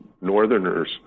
Northerners